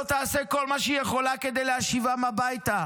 תעשה כל מה שהיא יכולה כדי להשיבם הביתה?